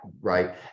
Right